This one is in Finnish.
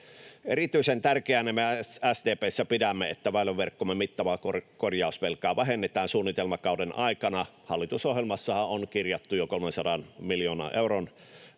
Erityisen tärkeänä me SDP:ssä pidämme sitä, että väyläverkkomme mittavaa korjausvelkaa vähennetään suunnitelmakauden aikana. Hallitusohjelmassahan on kirjattu jo 300 miljoonan euron